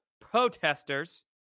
protesters